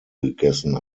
gegessen